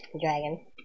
dragon